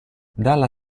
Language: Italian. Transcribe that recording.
dalla